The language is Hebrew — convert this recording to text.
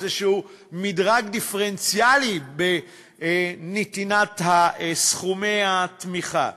איזה מדרג דיפרנציאלי בנתינת סכומי התמיכה.